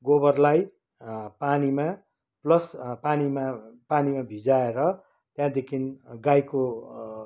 गोबरलाई पानीमा प्लस पानीमा पानीमा भिजाएर त्यहाँदेखि गाईको